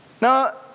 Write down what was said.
Now